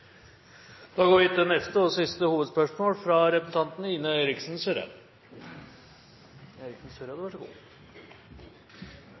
Da går vi til neste og siste hovedspørsmål.